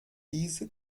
diese